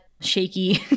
shaky